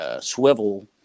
swivel